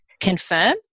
confirm